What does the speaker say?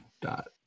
dot